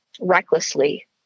recklessly